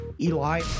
Eli